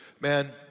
man